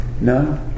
No